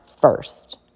first